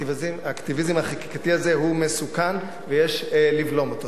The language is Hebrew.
האקטיביזם החקיקתי הזה הוא מסוכן ויש לבלום אותו.